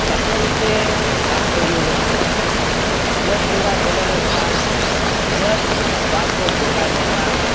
ᱪᱟᱛᱚᱢ ᱛᱮ ᱵᱟᱠᱚ ᱩᱢᱩᱞᱚᱼᱟ ᱪᱟᱹᱛ ᱵᱚᱸᱜᱟ ᱵᱚᱞᱚ ᱞᱮᱱᱠᱷᱟᱱ ᱪᱟᱹᱛ ᱵᱟᱠᱚ ᱵᱚᱸᱜᱟᱭ ᱞᱮᱠᱷᱟᱱ